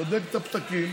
בודק את הפתקים,